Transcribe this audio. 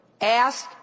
asked